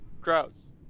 Gross